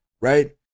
right